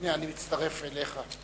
הנה, אני מצטרף אליך.